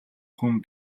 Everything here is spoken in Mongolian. хүн